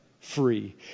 free